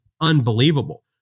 unbelievable